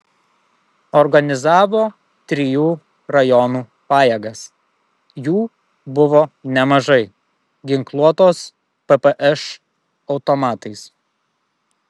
organizavo trijų rajonų pajėgas jų buvo nemažai ginkluotos ppš automatais